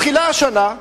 מתחילה השנה,